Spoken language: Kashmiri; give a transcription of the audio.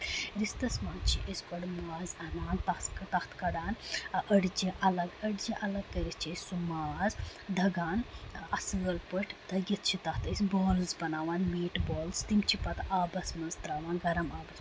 رِستَس منٛز چھِ أسۍ گۄڈٕ ماز اَنان تس تَتھ کَڑان أڈجہِ اَلگ أڈجہِ اَلگ کٔرِتھ چھِ أسۍ سُہ ماز دَگان اَصٕل پٲٹھۍ دٔگِتھ چھِ تَتھ أسۍ بالٕز بَناوان میٖٹ بالٕز تِم چھِ پَتہٕ أسۍ آبَس منٛز تراوان گرٕم آبَس منٛز